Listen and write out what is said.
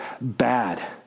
bad